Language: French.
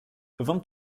vingt